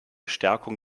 stärkung